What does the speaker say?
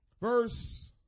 Verse